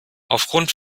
aufgrund